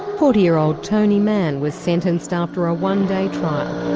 forty-year-old tony manh was sentenced after a one-day trial,